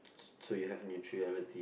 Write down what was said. so you have neutrality